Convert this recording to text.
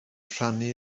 rhannu